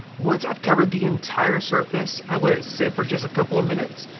once i've covered the entire surface, i let it sit for just a couple of minutes.